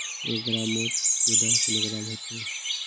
एक ग्राम मौत कैडा किलोग्राम होचे?